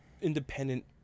independent